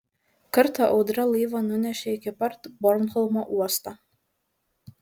kartą audra laivą nunešė iki pat bornholmo uosto